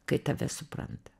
kai tave supranta